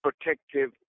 protective